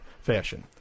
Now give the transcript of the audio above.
fashion